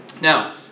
Now